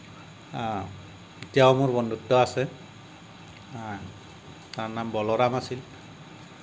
এতিয়াও মোৰ বন্ধুত্ব আছে তাৰ নাম বলৰাম আছিল